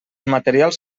materials